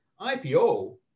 IPO